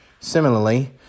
Similarly